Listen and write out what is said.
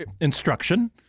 instruction